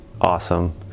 awesome